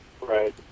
right